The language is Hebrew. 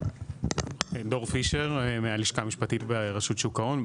אני מהלשכה המשפטית, רשות שוק ההון.